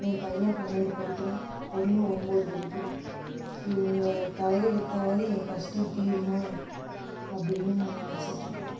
என் பையன் பன்னெண்டு படிக்கிறான் பொண்ணு ஒம்பது படிக்கிறாள் இவங்க தலையெடுத்தாவது என் கஷ்டம் தீருமா அப்படின்னு நான் நினச்சிட்ருக்கேன்